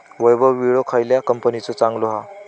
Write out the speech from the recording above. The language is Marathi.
वैभव विळो खयल्या कंपनीचो चांगलो हा?